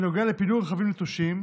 שנוגע לפינוי רכבים נטושים,